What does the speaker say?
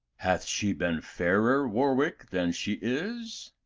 hath she been fairer, warwick, than she is?